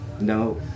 no